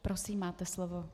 Prosím, máte slovo.